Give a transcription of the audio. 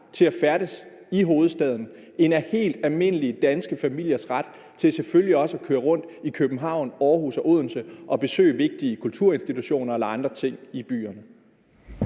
til at færdes i hovedstaden end af helt almindelige danske familiers ret til selvfølgelig også at køre rundt i København, Aarhus og Odense og besøge vigtige kulturinstitutioner eller andre ting i byerne?